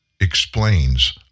explains